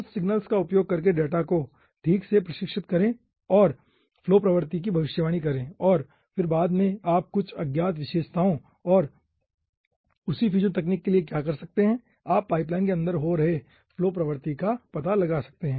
कुछ सिग्नल्स का उपयोग करके डेटा को ठीक से प्रशिक्षित करें और फ्लो प्रवृत्ति की भविष्यवाणी करें और फिर बाद में आप कुछ अज्ञात विशेषताओं और उसी फ्यूजन तकनीक के लिए क्या कर सकते हैं आप पाइपलाइन के अंदर हो रहे फ्लो प्रवृत्ति का पता लगा सकते हैं